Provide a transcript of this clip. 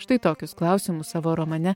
štai tokius klausimus savo romane